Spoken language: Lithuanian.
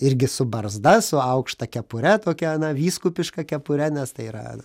irgi su barzda su aukšta kepure tokia vyskupiška kepure nes tai yra